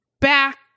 back